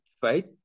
fight